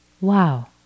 Wow